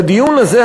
בדיון הזה,